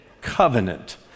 covenant